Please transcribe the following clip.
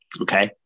Okay